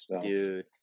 dude